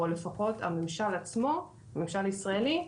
או לפחות הממשל הישראלי עצמו,